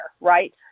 right